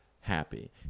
happy